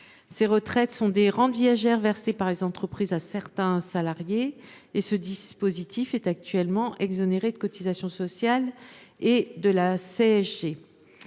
des retraites chapeaux, rentes viagères versées par les entreprises à certains salariés. Ce dispositif est actuellement exonéré de cotisations sociales et de CSG.